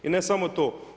I ne samo to.